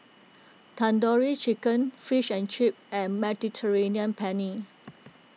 Tandoori Chicken Fish and Chips and Mediterranean Penne